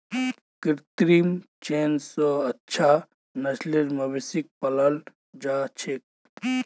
कृत्रिम चयन स अच्छा नस्लेर मवेशिक पालाल जा छेक